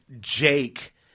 Jake